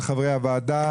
כל חברי הוועדה,